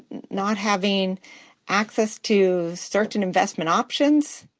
not having access to certain investment options,